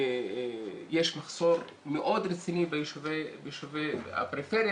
יש מחסור מאוד רציני ביישובי הפריפריה,